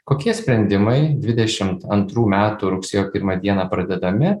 kokie sprendimai dvidešimt antrų metų rugsėjo pirmą dieną pradedami